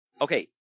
Okay